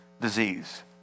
disease